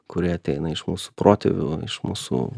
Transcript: kurie ateina iš mūsų protėvių iš mūsų